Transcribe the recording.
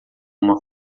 uma